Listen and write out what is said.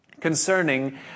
concerning